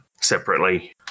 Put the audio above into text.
separately